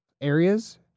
areas